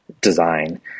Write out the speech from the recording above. design